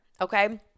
okay